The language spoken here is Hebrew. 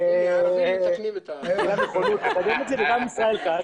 נכונות לקדם את זה וגם ישראל כץ.